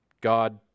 God